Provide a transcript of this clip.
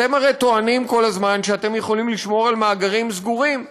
אתם הרי טוענים כל הזמן שאתם יכולים לשמור על מאגרים סגורים,